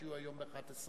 שיהיו היום ב-23:00?